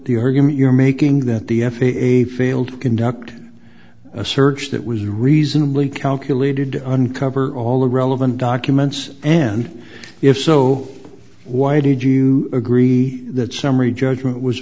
the argument you're making that the f a a failed to conduct a search that was reasonably calculated to un cover all the relevant documents and if so why did you agree that summary judgment was